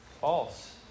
False